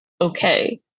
okay